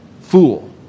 Fool